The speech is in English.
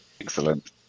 excellent